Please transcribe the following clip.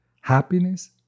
happiness